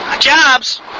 Jobs